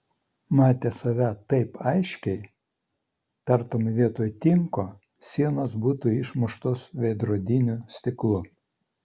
matė save taip aiškiai tartum vietoj tinko sienos būtų išmuštos veidrodiniu stiklu